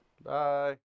Bye